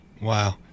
Wow